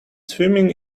swimming